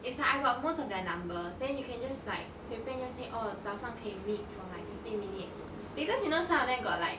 it's like I got most of their numbers then you can just like 随便 just say oh 早上可以 meet for like fifteen minutes because you know some of them got like